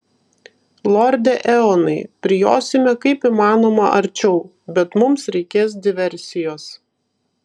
lorde eonai prijosime kaip įmanoma arčiau bet mums reikės diversijos